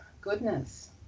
goodness